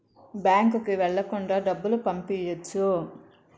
బ్యాంకుకి వెళ్ళకుండా డబ్బులు పంపియ్యొచ్చు